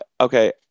okay